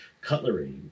cutlery